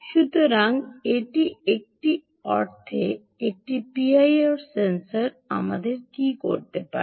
সুতরাং এটি একটি অর্থে একটি পিআইআর সেন্সর আমাদের কী করতে পারে